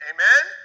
Amen